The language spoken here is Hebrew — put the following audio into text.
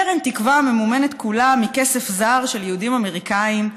קרן תקווה ממומנת כולה מכסף זר של יהודים אמריקנים,